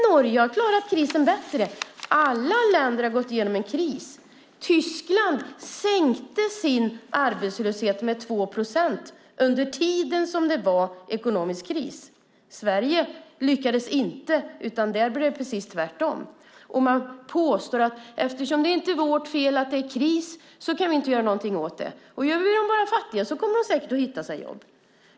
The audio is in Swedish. Norge har klarat krisen bättre. Alla länder har gått igenom en kris. Tyskland lyckades minska arbetslösheten med 2 procent under tiden som det var ekonomisk kris. Sverige lyckades inte, utan här blev det precis tvärtom. Man påstår att eftersom det inte är vårt fel att det är kris kan vi inte göra någonting åt det. Gör vi de fattiga ännu fattigare kommer de säkert att hitta sig ett jobb.